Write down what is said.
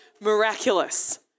miraculous